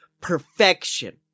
perfection